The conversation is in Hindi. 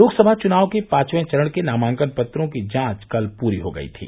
लोकसभा चुनाव के पांचवे चरण के नामांकन पत्रों की जांच कल पूरी हो गयी थी